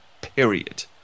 period